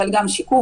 אבל גם שיקום,